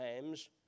times